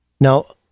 Now